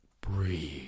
breathe